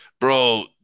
bro